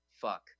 fuck